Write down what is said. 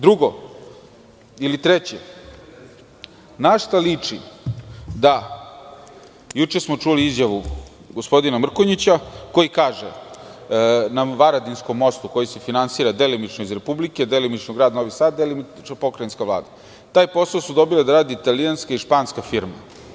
Drugo, ili treće, na šta liči da, juče smo čuli izjavu gospodina Mrkonjića, koji kaže na Varadinskom mostu koji se finansira delimično iz Republike, delimično Grad Novi Sad i delimično pokrajinska Vlada, taj posao su dobili da rade italijanska i španska firma.